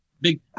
Big